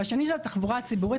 והשני זה התחבורה הציבורית.